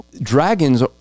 dragons